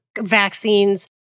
vaccines